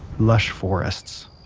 lush forests,